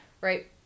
Right